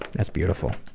that's beautiful.